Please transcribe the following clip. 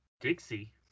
dixie